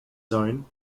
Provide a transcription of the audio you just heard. zone